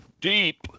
deep